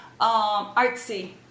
artsy